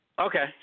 Okay